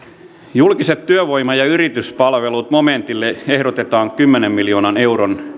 julkiset työvoima ja yrityspalvelut momentille ehdotetaan kymmenen miljoonan euron